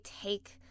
take